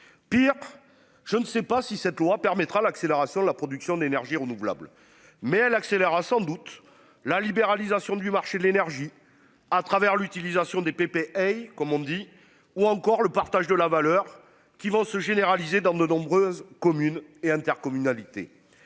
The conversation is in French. Pire. Je ne sais pas si cette loi permettra l'accélération de la production d'énergies renouvelables. Mais elle accélère a sans doute la libéralisation du marché de l'énergie à travers l'utilisation des pépés Haye comme on dit, ou encore le partage de la valeur qui vont se généraliser dans de nombreuses communes et intercommunalités.